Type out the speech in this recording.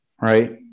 Right